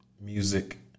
Music